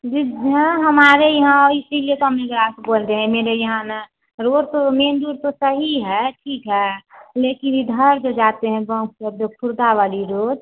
जी जी हाँ हमारे यहाँ और इसीलिए तो हमें ग्राहक बोलते हैं मेरे यहाँ ना रोड तो मेन रोड तो सही है ठीक है लेकिन इधर जो जाते हैं गाँव तरफ जो खुर्दा वाली रोड